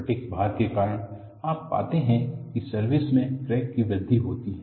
fatigue भार के कारण आप पाते हैं कि सर्विस में क्रैक की वृद्धि होती है